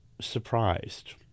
surprised